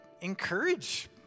encourage